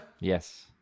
Yes